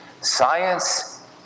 Science